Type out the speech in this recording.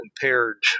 compared